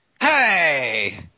Hey